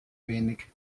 wenig